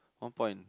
one point